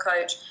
coach